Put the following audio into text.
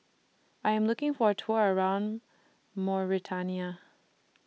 I Am looking For A Tour around Mauritania